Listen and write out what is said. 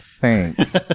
thanks